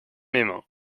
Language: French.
mesmin